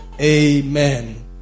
Amen